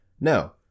No